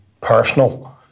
personal